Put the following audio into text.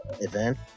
event